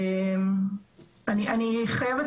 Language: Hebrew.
תכנונית,